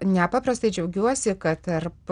nepaprastai džiaugiuosi kad tarp